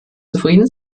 zufrieden